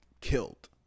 killed